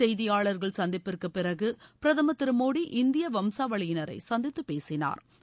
செய்தியாளா்கள் சந்திப்பிற்கு பிறகு பிரதமா் திரு மோடி இந்திய வம்சாவளியினரை சந்தித்து பேசினாா்